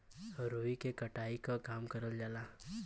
रुई के कटाई के काम करल जाला